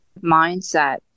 mindset